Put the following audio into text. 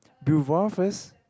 Bevour first